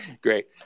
Great